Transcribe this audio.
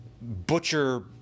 butcher